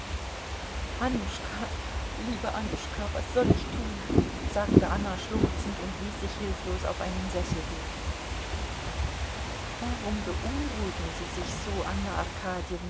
liebe annuschka was soll ich tun sagte anna schluchzend und ließ sich hilflos auf einen sessel sinken warum beunruhigen sie sich so anna